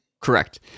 correct